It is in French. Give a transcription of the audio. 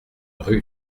rue